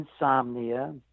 insomnia